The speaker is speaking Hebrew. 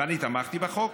ואני תמכתי בחוק,